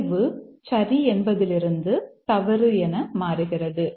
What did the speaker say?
விளைவு சரி என்பதிலிருந்து தவறு என மாறுகிறது